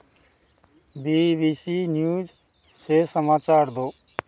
B B C news से समाचार दो